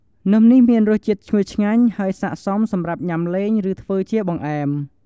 នំនេះមានរសជាតិឈ្ងុយឆ្ងាញ់ ហើយស័ក្តិសមសម្រាប់ញ៉ាំលេង ឬធ្វើជាបង្អែម។